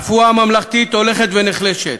הרפואה הממלכתית הולכת ונחלשת.